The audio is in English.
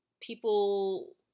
people